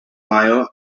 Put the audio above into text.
mayo